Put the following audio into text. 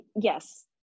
Yes